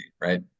right